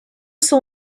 saw